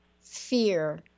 fear